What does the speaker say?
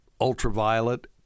ultraviolet